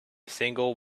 single